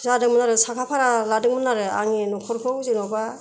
जादोंमोन आरो साखा फारा लादोंमोन आरो आंनि न'खरखौ जेन'बा